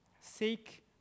Seek